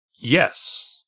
Yes